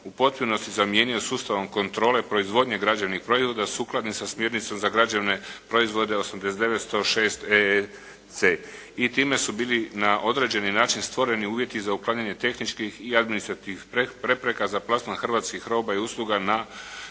u potpunosti zamijenio sustavom kontrole proizvodnje građevnih proizvoda sukladno sa smjernicom za građevne proizvode 89-106-EEC i time su bili na određeni način stvoreni uvjeti za uklanjanje tehničkih i administrativnih prepreka za plasman hrvatskih roba i usluga na